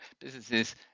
businesses